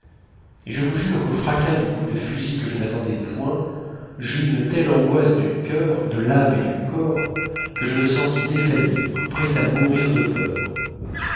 et je vous jure qu'au fracas du coup de fusil que je n'attendais point j'eus une telle angoisse du coeur de l'âme et du corps que je me sentis défaillir prêt à mourir de peur